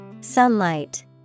Sunlight